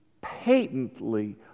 patently